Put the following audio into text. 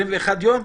21 יום?